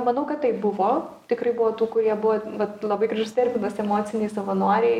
manau kad taip buvo tikrai buvo tų kurie buvo vat labai gražus terminas emociniai savanoriai